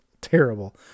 terrible